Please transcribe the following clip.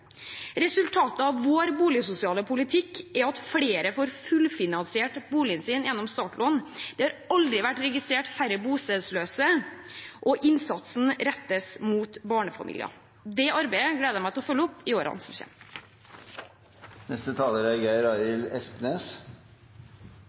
Resultatet av vår boligsosiale politikk er at flere får fullfinansiert boligen sin gjennom startlån. Det har aldri vært registrert færre bostedsløse, og innsatsen rettes mot barnefamilier. Det arbeidet gleder jeg meg til å følge opp i årene som